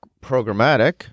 programmatic